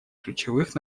ключевых